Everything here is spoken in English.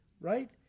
right